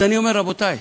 אז אני אומר, רבותי,